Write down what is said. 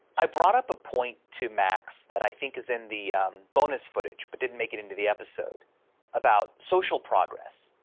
i brought up a point to max that i think is in the bonus footage, but didn't make it into the episode about social progress.